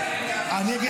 כל הכבוד.